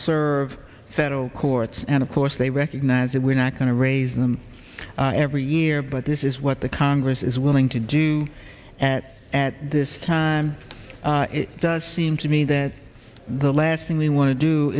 serve federal courts and of course they recognize that we're not going to raise them every year but this is what the congress is willing to do at this time it does seem to me that the last thing we want to do